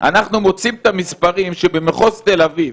אנחנו מוצאים את המספרים שבמחוז תל אביב,